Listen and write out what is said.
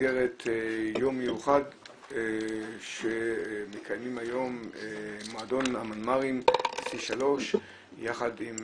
במסגרת יום מיוחד שמקיימים היום מועדון המנמ"רים C3 יחד עם